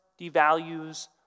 devalues